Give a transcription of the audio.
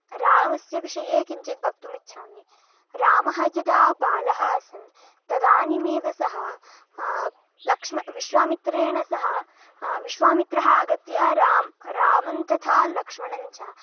रामस्य विषये किञ्चिद् वक्तुमिच्छामि रामः यदा बालः आसन् तदानीमेव सह लक्ष्मणः विश्वामित्रेण सह विश्वामित्रः आगत्य रामः रामम तथा लक्ष्मणञ्च